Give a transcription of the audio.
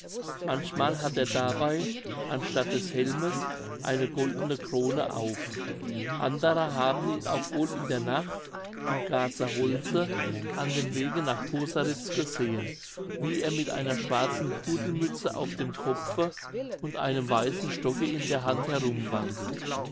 manchmal hat er dabei anstatt des helmes eine goldene krone auf andere haben ihn auch wohl in der nacht im garzer holze an dem wege nach poseritz gesehen wie er mit einer schwarzen pudelmütze auf dem kopfe und einem weißen stocke in der hand